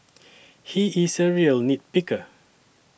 he is a real nit picker